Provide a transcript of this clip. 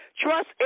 Trust